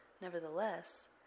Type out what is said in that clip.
Nevertheless